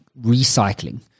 recycling